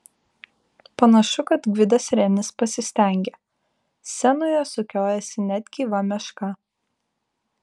panašu kad gvidas renis pasistengė scenoje sukiojasi net gyva meška